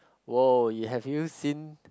!woah! you have you seen